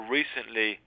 recently